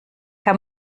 herr